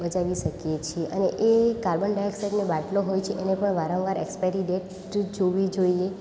બચવી શકીએ છીએ અને એ કાર્બન ડાયોક્સાઇડનો બાટલો હોય છે એને પણ વારંવાર એક્સપાયરી ડેટ જોવી જોઈએ